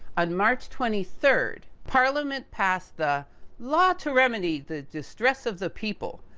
on march twenty third, parliament passed the law to remedy the distress of the people.